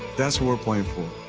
that's what we're playing for.